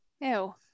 Ew